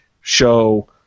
show